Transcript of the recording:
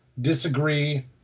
disagree